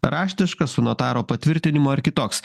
raštiškas su notaro patvirtinimu ar kitoks